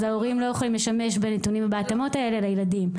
אז ההורים לא יכולים להשתמש בנתונים וההתאמות האלה לילדים.